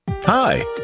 Hi